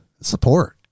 Support